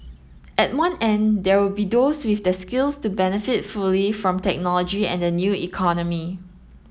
at one end there will be those with the skills to benefit fully from technology and the new economy